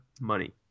money